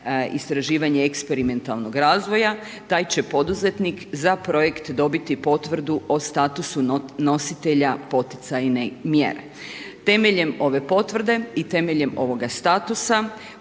istraživanje eksperimentalnog razvoja, taj će poduzetnik za projekt dobiti potvrdu o statusu nositelja poticajne mjere. Temeljem ove potvrde i temeljem ovoga statusa,